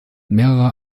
mehrerer